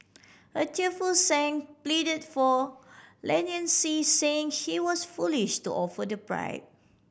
a tearful Sang pleaded for leniency saying he was foolish to offer the bribe